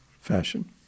fashion